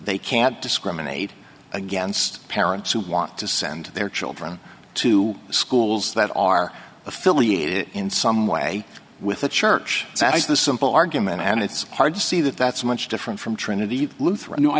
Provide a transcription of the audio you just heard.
they can't discriminate against parents who want to send their children to schools that are affiliated in some way with a church that is the simple argument and it's hard to see that that's much different from trinity lutheran